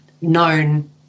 known